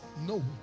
No